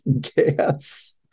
gas